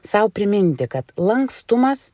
sau priminti kad lankstumas